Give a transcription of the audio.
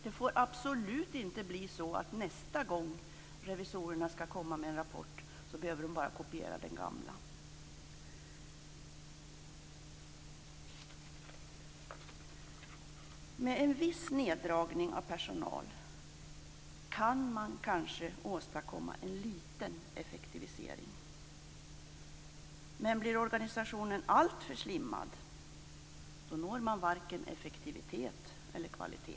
Det får absolut inte bli så att nästa gång revisorerna skall komma med en rapport behöver de bara kopiera den gamla. Med en viss neddragning av personal kan man kanske åstadkomma en liten effektivisering. Men om organisationen blir alltför slimmad når man varken effektivitet eller kvalitet.